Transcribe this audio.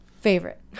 favorite